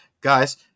guys